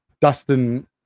Dustin